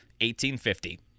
$18.50